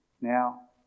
now